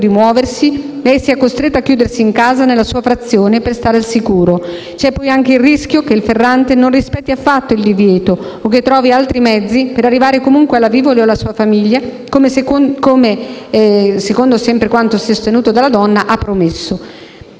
di muoversi, lei sia costretta a chiudersi in casa, nella sua frazione, per stare al sicuro. C'è poi anche il rischio che il Ferrante non rispetti affatto il divieto, o che trovi altri mezzi per arrivare comunque alla Vivoli o alla sua famiglia, come - sempre secondo quanto sostenuto dalla donna - ha promesso.